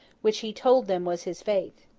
which he told them was his faith.